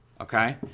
okay